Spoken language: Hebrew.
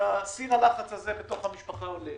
אז סיר הלחץ הזה בתוך המשפחה עולה.